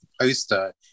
poster